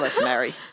Mary